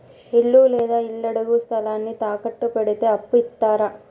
ఇల్లు లేదా ఇళ్లడుగు స్థలాన్ని తాకట్టు పెడితే అప్పు ఇత్తరా?